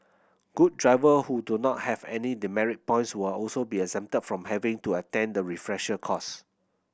good driver who do not have any demerit points will also be exempted from having to attend the refresher course